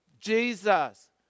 Jesus